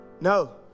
No